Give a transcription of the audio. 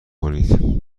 کنید